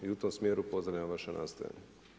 I u tom smjeru pozdravljam vaša nastojanja.